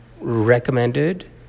recommended